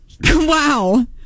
Wow